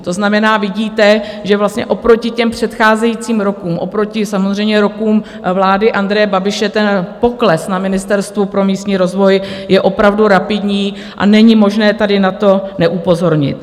To znamená, vidíte, že vlastně oproti těm předcházejícím rokům, oproti samozřejmě rokům vlády Andreje Babiše, pokles na Ministerstvu pro místní rozvoj je opravdu rapidní a není možné tady na to neupozornit.